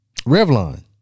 Revlon